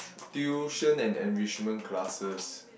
tuition and enrichment classes